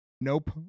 Nope